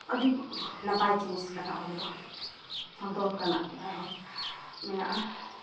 ᱟᱹᱰᱤ ᱱᱟᱯᱟᱭ ᱡᱤᱱᱤᱥ ᱠᱟᱱᱟ ᱚᱞ ᱫᱚ ᱟᱫᱚ ᱚᱱᱠᱟᱱᱟᱜ ᱜᱮ ᱟᱨᱦᱚᱸ ᱢᱮᱱᱟᱜᱼᱟ